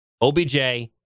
OBJ